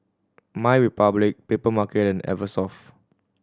MyRepublic Papermarket and Eversoft